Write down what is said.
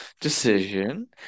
decision